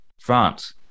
France